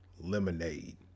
Lemonade